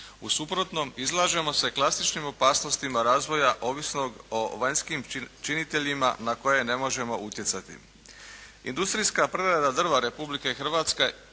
U suprotnom izlažemo se klasičnim opasnostima razvoja, ovisnog o vanjskim činiteljima na koje ne možemo utjecati. Industrijska prerada drva Republike Hrvatske